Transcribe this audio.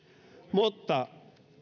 mutta